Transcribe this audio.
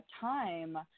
time